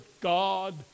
God